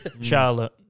Charlotte